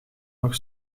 nog